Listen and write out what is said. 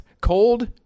Cold